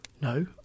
No